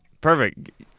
Perfect